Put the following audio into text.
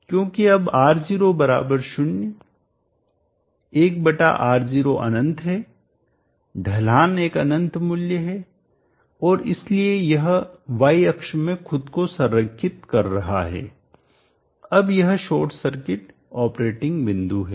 क्योंकि अब R0 0 1 R0 अनंत है ढलान एक अनंत मूल्य है और इसलिए यह y अक्ष में खुद को संरेखित कर रहा है अब यह शॉर्ट सर्किट ऑपरेटिंग बिंदु है